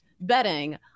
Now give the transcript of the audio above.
betting